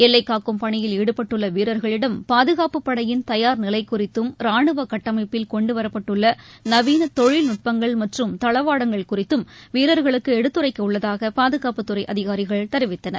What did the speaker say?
எல்லைக்காக்கும் பணியில் ஈடுபட்டுள்ளவீரர்களிடம் பாதுகாப்புப்படையின் தயார் நிலைகுறித்தம் ராணுவகட்டமைப்பில் கொண்டுவரப்பட்டுள்ளநவீனதொழில்நுட்பங்கள் மற்றும் தளவாடங்கள் குறித்கும் வீரர்களுக்குஎடுத்துரைக்கவுள்ளதாகபாதுகாப்புத்துறைஅதிகாரிகள் தெரிவித்தனர்